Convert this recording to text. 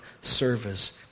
service